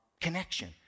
connection